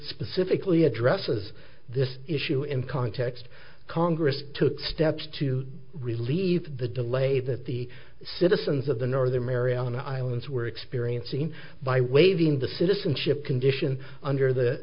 specifically addresses this issue in context congress took steps to relieve the delay that the citizens of the northern mariana islands were experiencing by waving the citizenship condition under the